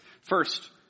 first